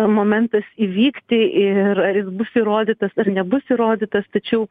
momentas įvykti ir ar jis bus įrodytas ar nebus įrodytas tačiau